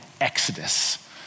Exodus